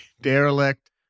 derelict